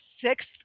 sixth